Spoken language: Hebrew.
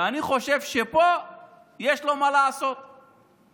ואני חושב שיש לו מה לעשות פה: